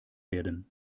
werden